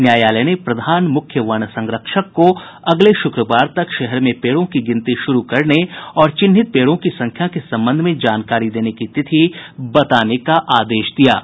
न्यायालय ने प्रधान मुख्य वन संरक्षक को अगले शुक्रवार तक शहर में पेड़ों की गिनती शुरू करने और चिन्हित पेड़ों की संख्या के संबंध में जानकारी देने की तिथि बताने का आदेश दिया है